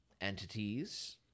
entities